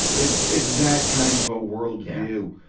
it's, it's that kind of a world view.